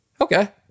Okay